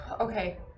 okay